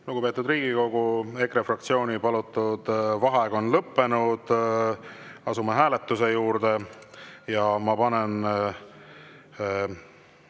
g Austatud Riigikogu! EKRE fraktsiooni palutud vaheaeg on lõppenud. Me asume hääletuse juurde ja ma panen